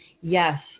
yes